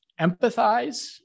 empathize